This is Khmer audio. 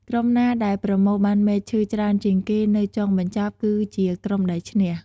ក្រុមណាដែល ប្រមូលបានមែកឈើច្រើនជាងគេ នៅចុងបញ្ចប់ គឺជាក្រុមដែលឈ្នះ។